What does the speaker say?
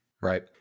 Right